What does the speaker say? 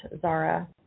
Zara